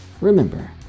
Remember